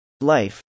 Life